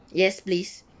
yes please